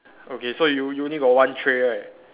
okay so you you only got one tray right